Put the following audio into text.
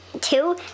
two